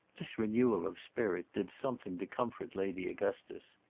this renewal of spirit did something to comfort lady augustus.